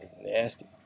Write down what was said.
nasty